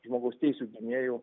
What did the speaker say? žmogaus teisių gynėjų